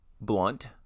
blunt